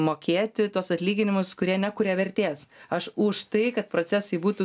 mokėti tuos atlyginimus kurie nekuria vertės aš už tai kad procesai būtų